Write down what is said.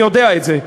אני יודע את זה.